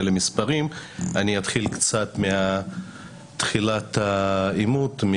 למספרים אני אתחיל קצת מתחילת העימות,